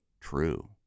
true